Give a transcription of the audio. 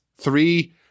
three